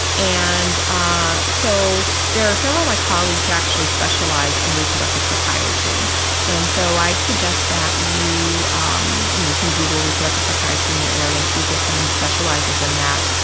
and ah so there are several of my colleagues who actually specialize in reproductive psychiatry and so i'd suggest that you um you know can google reproductive psychiatry in your area and see if there's someone who specializes in that.